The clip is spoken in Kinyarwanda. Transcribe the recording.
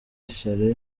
saleh